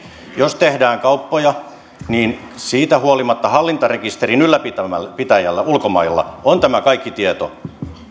jos tehdään kauppoja niin siitä huolimatta hallintarekisterin ylläpitäjällä ulkomailla on tämä kaikki tieto ja